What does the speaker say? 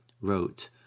wrote